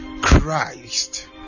Christ